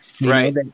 Right